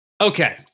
okay